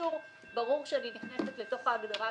באינטרנט --- לגבי הפרסום באינטרנט צריך לשים לב שיש פה טעות הגהה.